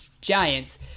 Giants